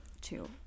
two